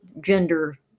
gender